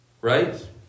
Right